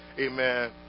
Amen